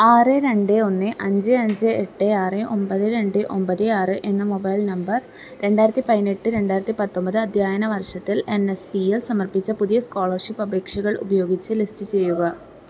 ആറ് രണ്ട് ഒന്ന് അഞ്ച് അഞ്ച് എട്ട് ആറ് ഒമ്പത് രണ്ട് ഒമ്പത് ആറ് എന്ന മൊബൈൽ നമ്പർ രണ്ടായിരത്തി പതിനെട്ട് രണ്ടായിരത്തി പത്തൊൻപത് അധ്യയന വർഷത്തിൽ എൻ എസ് പീ യിൽ സമർപ്പിച്ച പുതിയ സ്കോളർഷിപ്പ് അപേക്ഷകൾ ഉപയോഗിച്ച് ലിസ്റ്റ് ചെയ്യുക